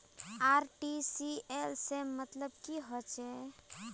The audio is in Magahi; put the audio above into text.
आर.टी.जी.एस सेल मतलब की होचए?